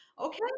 okay